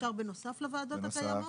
אפשר בנוסף לוועדות הקיימות?